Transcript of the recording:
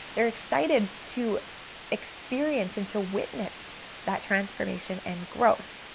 they're excited to experience and to witness that transformation and growth.